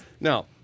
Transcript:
Now